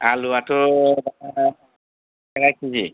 आलुवाथ' दा केजि